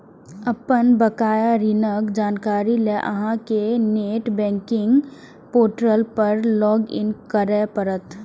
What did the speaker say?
अपन बकाया ऋणक जानकारी लेल अहां कें नेट बैंकिंग पोर्टल पर लॉग इन करय पड़त